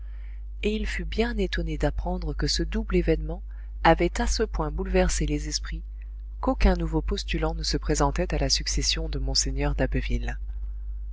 et il fut bien étonné d'apprendre que ce double événement avait à ce point bouleversé les esprits qu'aucun nouveau postulant ne se présentait à la succession de mgr d'abbeville